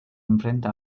enfrenta